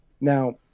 Now